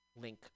link